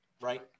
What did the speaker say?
right